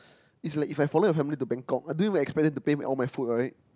is like if I follow your family to Bangkok I don't even expect them to pay all my food right